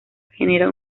genera